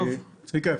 צביקה,